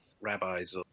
rabbis